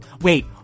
wait